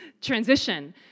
transition